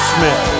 Smith